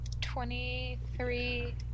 twenty-three